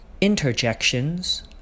interjections